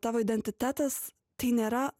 tavo identitetas tai nėra